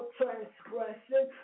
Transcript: transgression